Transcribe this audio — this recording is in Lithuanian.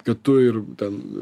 kad tu ir ten